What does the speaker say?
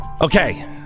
Okay